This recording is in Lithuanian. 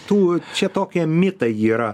tų čia tokie mitai yra